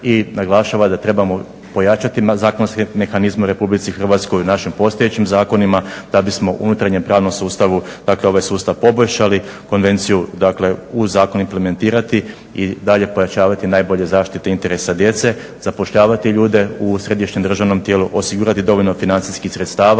i naglašava da trebamo pojačati zakonske mehanizme u RH u našim postojećim zakonima da bismo u unutarnje-pravnom sustavu ovaj sustav poboljšali, konvenciju u zakon implementirati i dalje pojačavati najbolje zaštite i interesa djece, zapošljavati ljude u središnjem državnom tijelu, osigurati dovoljno financijskih sredstava